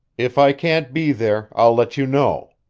if i can't be there, i'll let you know.